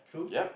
yup